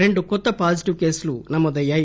రెండు కొత్త పాజిటివ్ కేసులు నమోదయ్యాయి